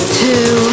two